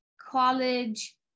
college